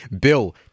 Bill